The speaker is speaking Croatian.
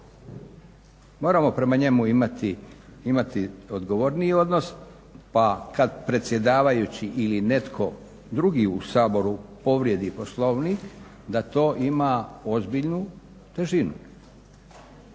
moramo prema njemu imati odgovorniji odnos pa kad predsjedavajući ili netko drugi u Saboru povrijedi Poslovnik da to ima ozbiljnu težinu.